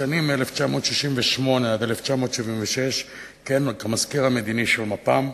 בשנים 1968 1976 כיהן כמזכיר המדיני של מפ"ם,